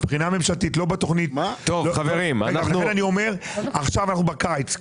עכשיו אנחנו בקיץ,